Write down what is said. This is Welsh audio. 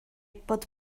bod